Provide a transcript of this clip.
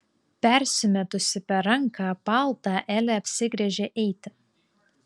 persimetusi per ranką paltą elė apsigręžia eiti